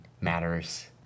matters